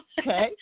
Okay